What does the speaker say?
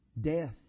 Death